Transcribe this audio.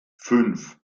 fünf